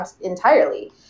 entirely